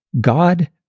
God